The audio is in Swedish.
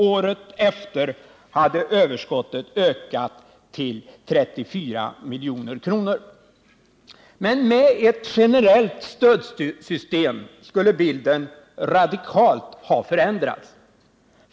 Året därefter hade överskottet ökat till 34 milj.kr. Med ett generellt stödsystem skulle bilden radikalt ha förändrats.